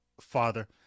father